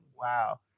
wow